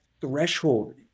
threshold